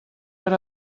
per